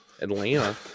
Atlanta